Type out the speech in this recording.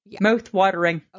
Mouth-watering